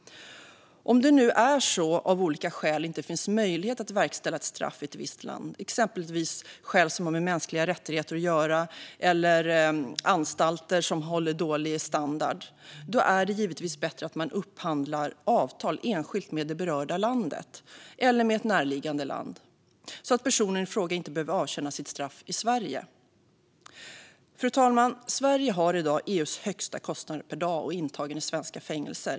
Om det av olika skäl inte finns möjlighet att verkställa ett straff i ett visst land, exempelvis av skäl som har med mänskliga rättigheter att göra eller på grund av att anstalterna håller dålig standard, är det givetvis bättre att man upphandlar avtal enskilt med det berörda landet eller med ett närliggande land så att personen i fråga inte behöver avtjäna sitt straff i Sverige. Fru talman! Sverige har i dag EU:s högsta kostnader per dag och intagen i svenska fängelser.